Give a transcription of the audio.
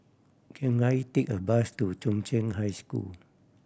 can I take a bus to Chung Cheng High School